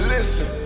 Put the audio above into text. Listen